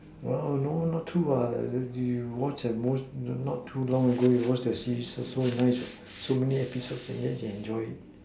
well no no not to you watch a most not too long ago you watch the series so nice what so many episodes yet she and enjoy it